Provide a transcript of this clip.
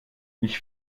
ich